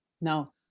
No